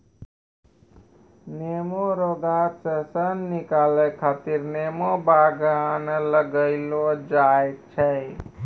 नेमो रो गाछ से सन निकालै खातीर नेमो बगान लगैलो जाय छै